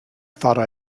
thought